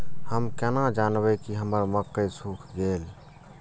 हम केना जानबे की हमर मक्के सुख गले?